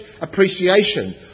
appreciation